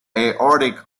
aortic